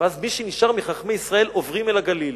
ואז מי שנשאר מחכמי ישראל עובר אל הגליל.